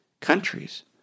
countries